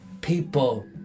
people